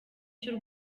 cy’u